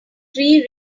three